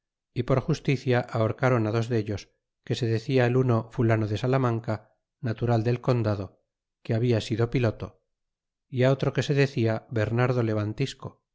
y por justicia ahorcaron dos dellos que se decia el uno fulano de salamanca natural del condado que habla sido piloto é á otro que se decia bernardo